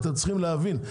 יש להבין.